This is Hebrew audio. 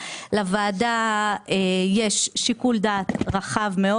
לוועדה יש שיקול דעת רחב מאוד.